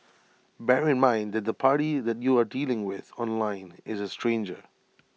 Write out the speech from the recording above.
bear in mind that the party that you are dealing with online is A stranger